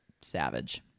savage